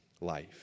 life